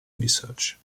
research